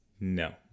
No